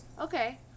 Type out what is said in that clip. Okay